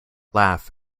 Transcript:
laugh